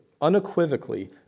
unequivocally